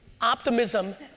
Optimism